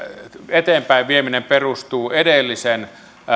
eteenpäinvieminen perustuu edellisen